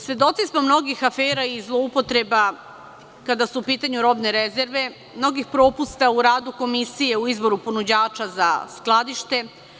Svedoci smo mnogih afera i zloupotreba kada su u pitanju robne rezerve, mnogih propusta u radu komisije u izboru ponuđača za skladište.